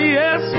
yes